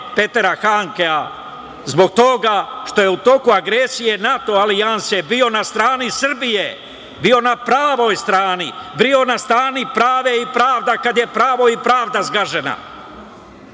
Petera Handkea zbog toga što je u toku agresije NATO alijanse bio na strani Srbije, bio na pravoj strani, bio na strani prava i pravde kada je pravo i pravda zgažena.